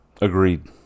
Agreed